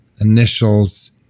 initials